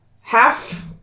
half